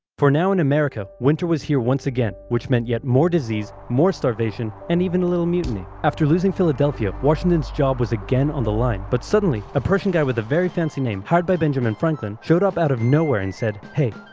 for now, in america, winter was here once again, which meant yet more disease, more starvation, and even a little mutiny. after losing philadelphia, washington's job was again on the line. but suddenly, a prussian guy with a very fancy name, hired by benjamin franklin, showed up out of nowhere and said, hey,